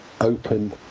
open